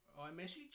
iMessage